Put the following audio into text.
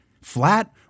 flat